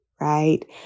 right